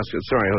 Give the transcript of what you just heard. sorry